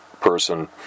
person